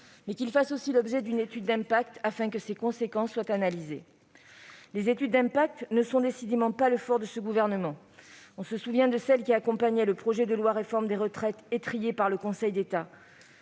mais qu'il fasse également l'objet d'une étude d'impact afin que ces conséquences soient analysées. Les études d'impact ne sont décidément pas le fort de ce gouvernement : on se souvient de celle qui accompagnait le projet de loi portant réforme des retraites, étrillé par le Conseil d'État.